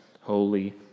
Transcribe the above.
holy